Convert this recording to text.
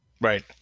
Right